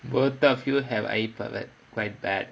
both of you have iper~ iPad